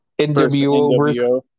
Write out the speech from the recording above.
NWO